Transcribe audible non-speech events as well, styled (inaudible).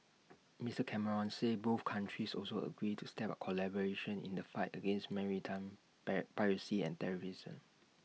Mister Cameron said both countries also agreed to step up collaboration in the fight against maritime (unintelligible) piracy and terrorism